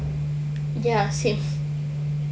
ya same